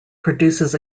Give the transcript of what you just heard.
produces